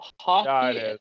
hockey